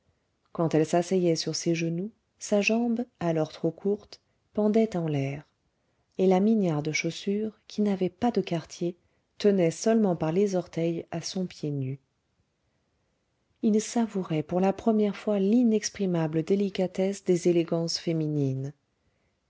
quand elle s'asseyait sur ses genoux sa jambe alors trop courte pendait en l'air et la mignarde chaussure qui n'avait pas de quartier tenait seulement par les orteils à son pied nu il savourait pour la première fois l'inexprimable délicatesse des élégances féminines